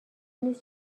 نیز